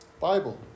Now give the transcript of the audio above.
Bible